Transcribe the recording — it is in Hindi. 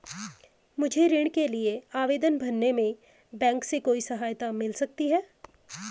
मुझे ऋण के लिए आवेदन भरने में बैंक से कोई सहायता मिल सकती है?